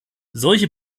solche